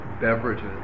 beverages